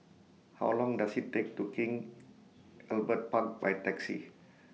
How Long Does IT Take to King Albert Park By Taxi